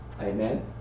Amen